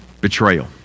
betrayal